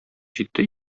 җитте